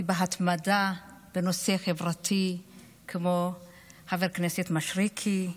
כי בהתמדה בנושא חברתי כמו חבר הכנסת מישרקי,